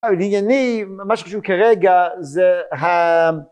אבל ענייני מה שקשור כרגע זה